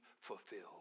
fulfilled